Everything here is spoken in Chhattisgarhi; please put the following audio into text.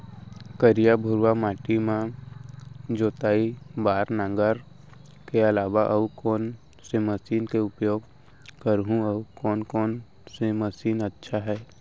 करिया, भुरवा माटी म जोताई बार नांगर के अलावा अऊ कोन से मशीन के उपयोग करहुं अऊ कोन कोन से मशीन अच्छा है?